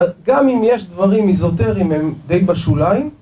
‫גם אם יש דברים איזוטריים, ‫הם די בשוליים...